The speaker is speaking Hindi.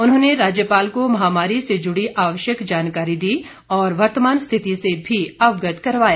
उन्होंने राज्यपाल को महामारी से जुड़ी आवश्यक जानकारी दी और वर्तमान स्थिति से भी अवगत करवाया